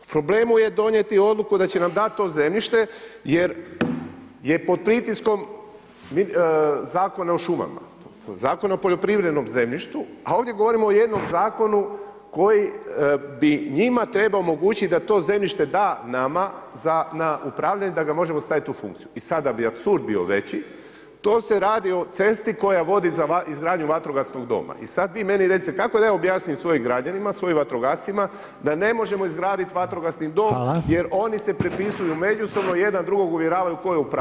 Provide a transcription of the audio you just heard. Problem mu je donijeti odluku da će nam dati to zemljište jer je pod pritiskom Zakonom o šumama, Zakon o poljoprivrednom zemljištu, a ovdje govorimo o jednom zakonu koji bi njima trebao omogućiti da to zemljište da nama za na upravljanje da ga možemo staviti u funkciju i sada da bi apsurd bio veći, to se radi o cesti koja vodi za izgradnju vatrogasnog doma i sad vi meni recite kako da ja objasnim svojim građanima, svojim vatrogascima, da ne možemo izgraditi vatrogasni dom jer oni se prepisuju međusobno, jedan drugog uvjeravaju tko je u pravu?